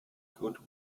good